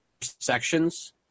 sections